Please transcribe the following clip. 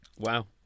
Wow